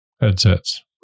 headsets